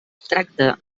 tracta